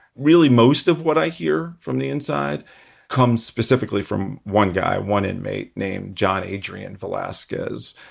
really most of what i hear from the inside comes specifically from one guy, one inmate named john adrian velasquez.